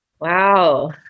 Wow